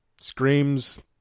screams